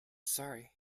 sorry